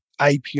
API